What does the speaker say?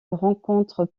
rencontrent